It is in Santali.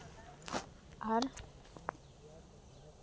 ᱟᱨ